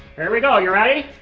here we go. you're ready?